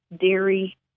dairy